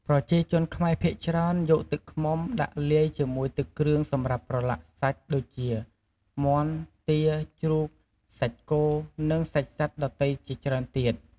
ប្រជាជនខ្មែរភាគច្រើន យកទឹកឃ្មុំដាក់លាយជាមួយទឹកគ្រឿងសម្រាប់ប្រឡាក់សាច់ដូចជាមាន់ ទា ជ្រូក សាច់គោរនិងសាច់សត្វដទៃជាច្រើនទៀត។